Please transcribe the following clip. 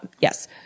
Yes